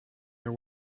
you